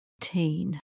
Teen